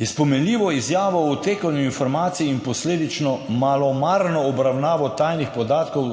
Je s pomenljivo izjavo o odtekanju informacij in posledično malomarno obravnavo tajnih podatkov